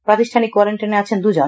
প্রাতিষ্ঠানিক কোয়ারেন্টাইনে আছেন দুই জন